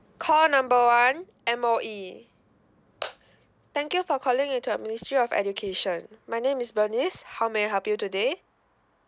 call number one M_O_E thank you for calling in to a ministry of education my name is bernice how may I help you today